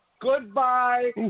Goodbye